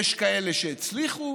יש כאלה שהצליחו,